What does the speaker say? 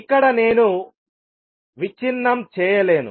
ఇక్కడ నేను విచ్ఛిన్నం చేయలేను